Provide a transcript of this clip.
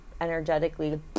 energetically